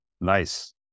Nice